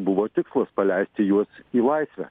buvo tikslas paleisti juos į laisvę